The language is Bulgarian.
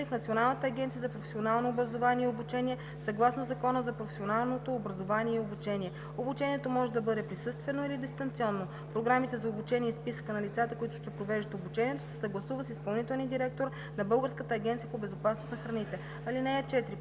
в Националната агенция за професионално образование и обучение съгласно Закона за професионалното образование и обучение. Обучението може да бъде присъствено или дистанционно. Програмите за обучение и списъкът на лицата, които ще провеждат обучението, се съгласуват с изпълнителния директор на Българската агенция по безопасност на храните (4)